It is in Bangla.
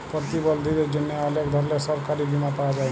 পরতিবলধীদের জ্যনহে অলেক ধরলের সরকারি বীমা পাওয়া যায়